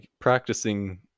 practicing